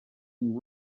and